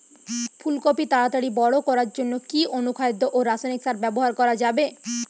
ফুল কপি তাড়াতাড়ি বড় করার জন্য কি অনুখাদ্য ও রাসায়নিক সার ব্যবহার করা যাবে?